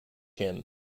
him